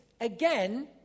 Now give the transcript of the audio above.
again